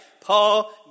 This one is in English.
Paul